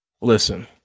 Listen